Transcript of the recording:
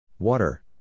Water